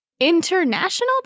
International